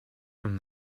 from